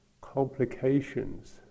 complications